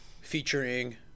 featuring